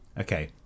Okay